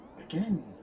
again